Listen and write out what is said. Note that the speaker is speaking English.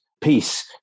peace